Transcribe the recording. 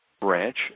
branch